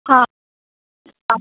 हा हा